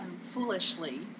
foolishly